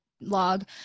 log